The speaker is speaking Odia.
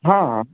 ହଁ